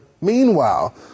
Meanwhile